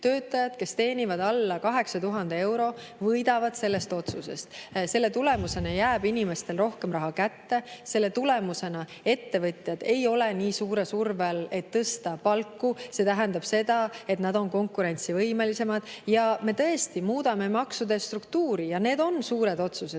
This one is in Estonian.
töötajad, kes teenivad alla 8000 euro, võidavad sellest otsusest. Selle tulemusena jääb inimestele rohkem raha kätte, selle tulemusena ettevõtjad ei ole nii suure surve all, et tõsta palku. See tähendab seda, et nad on konkurentsivõimelisemad. Me tõesti muudame maksude struktuuri ja need on suured otsused,